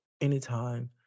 anytime